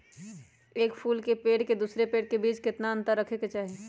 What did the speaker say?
एक फुल के पेड़ के दूसरे पेड़ के बीज केतना अंतर रखके चाहि?